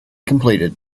completed